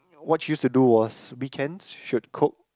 what she used to do was weekends she would cook